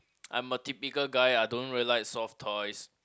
I'm a typical guy I don't really like soft toys